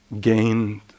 gained